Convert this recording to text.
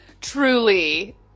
truly